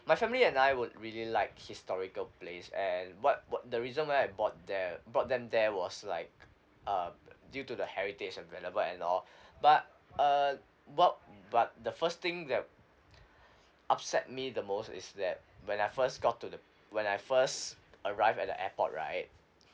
my family and I would really like historical place and what what the reason why I bought there brought them there was like um due to the heritage available and all but uh what but the first thing that upset me the most is that when I first got to the when I first arrived at the airport right